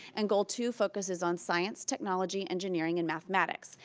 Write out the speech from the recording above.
and goal two focuses on science, technology, engineering, and mathematics.